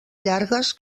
llargues